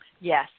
Yes